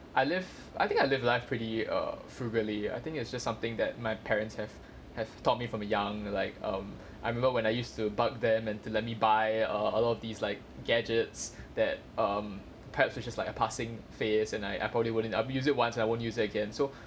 I live I think I live life pretty err frugally I think it's just something that my parents have have taught me from a young like um I remember when I used to bug them and to let me buy err a lot of these like gadgets that um perhaps it's just like a passing phase and I I probably wouldn't I would use it once I won't use it again so